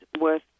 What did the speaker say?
worth